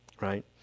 Right